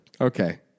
Okay